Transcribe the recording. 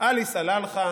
עלי סלאלחה